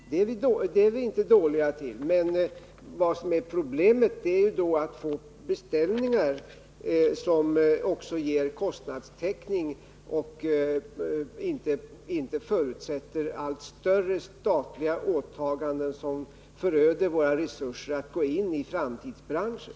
Det är vi inte dåliga på, men problemet är att få beställningar som också ger kostnadstäckning och inte förutsätter allt större statliga åtaganden som föröder våra förutsättningar att gå in i framtidsbranscher.